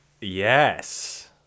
Yes